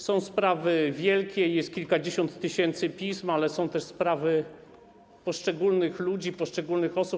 Są sprawy wielkie, jest kilkadziesiąt tysięcy pism, ale są też sprawy poszczególnych ludzi, poszczególnych osób.